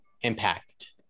impact